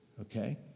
okay